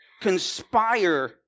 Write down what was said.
conspire